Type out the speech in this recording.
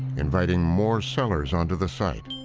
inviting more sellers onto the site.